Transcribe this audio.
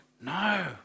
No